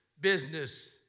business